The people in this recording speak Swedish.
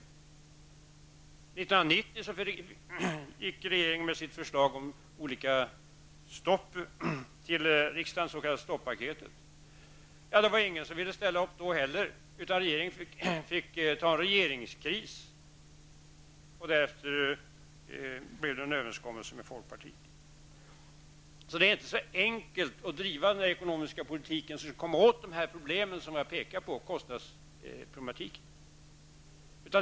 1990 gick regeringen med sitt förslag om olika stopp till riksdagen, det s.k. stoppaketet. Det var ingen som ville ställa upp då heller, utan regeringen fick uppleva en regeringskris. Därefter blev det en överenskommelse med folkpartiet. Så det är inte så enkelt att driva den ekonomiska politiken och komma åt de problem som jag påpekat -- kostnadsproblemen.